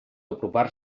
apropar